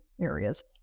areas